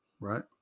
right